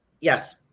Yes